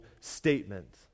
statement